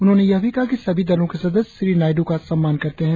उन्होंने यह भी कहा कि सभी दलों के सदस्य श्री नायडू का सम्मान करते है